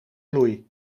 bloei